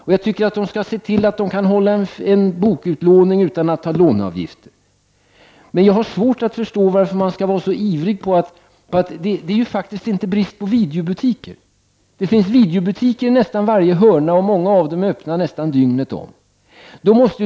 Biblioteken skall se till att de kan upprätthålla en bokutlåning utan att behöva ta ut låneavgifter. Det råder faktiskt inte en brist på videobutiker. Det finns videobutiker i nästan varje gathörn, och många av dem är öppna nästan dygnet runt.